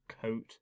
coat